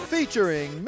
Featuring